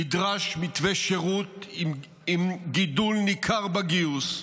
נדרש מתווה שירות עם גידול ניכר בגיוס,